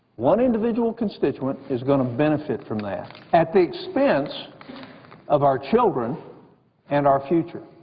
one individual constituent is going to benefit from that, at the expense of our children and our future.